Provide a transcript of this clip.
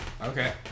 Okay